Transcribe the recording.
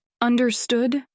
Understood